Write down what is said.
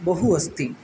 बहु अस्ति